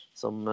som